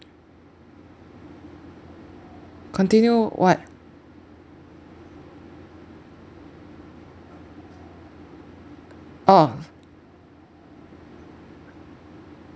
continue what oh